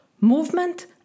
movement